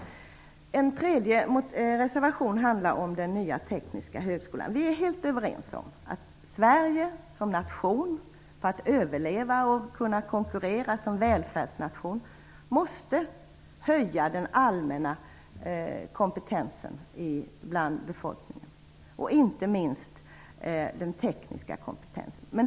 Er tredje reservation handlar om den nya tekniska högskolan. Vi är helt överens om att Sverige som nation, för att överleva och kunna konkurrera som välfärdsnation, måste höja den allmänna kompetensen bland befolkningen, inte minst den tekniska kompetensen.